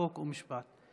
חוק ומשפט.